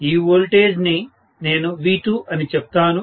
ఈ వోల్టేజ్ ని నేను V2 అని చెప్తాను